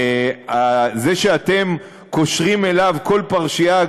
זה שאתם קושרים אליו כל פרשייה,